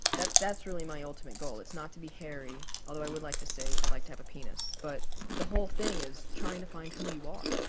that's that's really my ultimate goal, it's not to be hairy although i would like to say i'd like to have a penis but the whole thing is trying to find who you are.